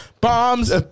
Bombs